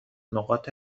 نقاط